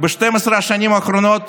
ב-12 השנים האחרונות